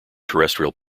terrestrial